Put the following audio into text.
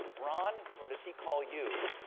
ron, or does he call you?